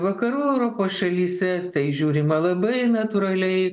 vakarų europos šalyse tai žiūrima labai natūraliai